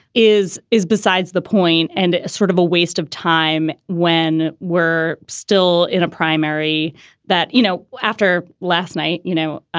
is is besides the point and sort of a waste of time when we're still in a primary that, you know, after last night, you know,